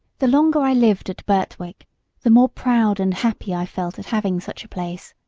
the longer i lived at birtwick the more proud and happy i felt at having such a place.